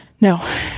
No